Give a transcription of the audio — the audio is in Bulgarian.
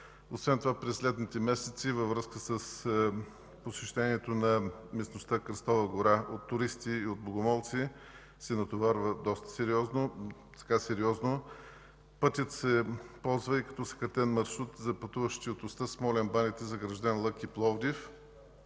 Освен това през летните месеци във връзка с посещението на местността Кръстова гора от туристи и от богомолци се натоварва доста сериозно. Пътят се ползва и като съкратен маршрут за пътуващите от оста Смолян – Баните – Загражден – Лъки – Пловдив.